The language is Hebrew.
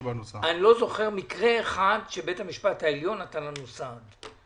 אני לא זוכר מקרה אחד שבית המשפט העליון נתן לנו סעד.